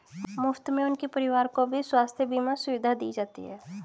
मुफ्त में उनके परिवार को भी स्वास्थ्य बीमा सुविधा दी जाती है